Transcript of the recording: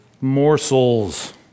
morsels